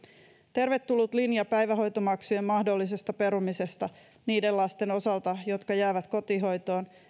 tervetullut linja päivähoitomaksujen mahdollisesta perumisesta niiden lasten osalta jotka jäävät kotihoitoon